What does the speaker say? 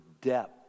depth